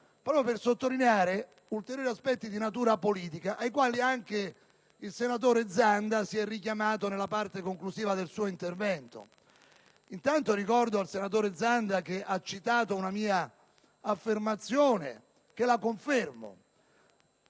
per sottolineare ulteriori aspetti di natura politica, ai quali anche il senatore Zanda si è richiamato nella parte conclusiva del suo discorso. Innanzitutto vorrei dire al senatore Zanda, che ha citato una mia affermazione, che la confermo: